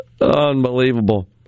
unbelievable